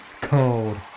Cold